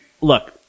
look